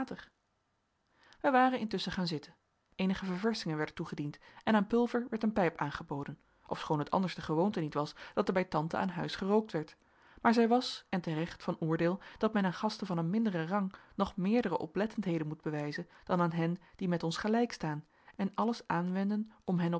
wij waren intusschen gaan zitten eenige ververschingen werden toegediend en aan pulver werd een pijp aangeboden ofschoon het anders de gewoonte niet was dat er bij tante aan huis gerookt werd maar zij was en terecht van oordeel dat men aan gasten van een minderen rang nog meerdere oplettendheden moet bewijzen dan aan hen die met ons gelijkstaan en alles aanwenden om hen